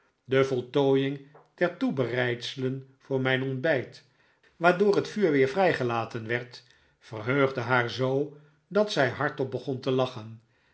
de voltooiing der toebereidselen voor mijn ontbijt waardoor het vuur weer vrijgelaten werd verheugde haar zoo dat zij hardop begon te lachen